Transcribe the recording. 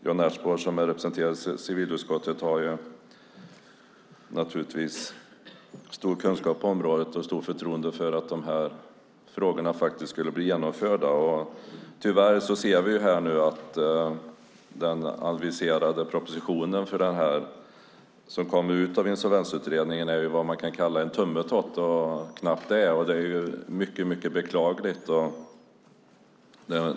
Jan Ertsborn som här representerar civilutskottet har naturligtvis stor kunskap på området och ett stort förtroende för att de här förslagen blir genomförda. Tyvärr ser vi att den aviserade propositionen utifrån Insolvensutredningen är vad som kan kallas för en tummetott och knappt det, vilket är mycket beklagligt.